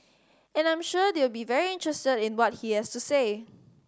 and I'm sure they'll be very interested in what he has to say